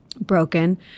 broken